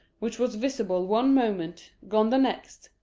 which was visible one moment, gone the next,